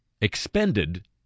expended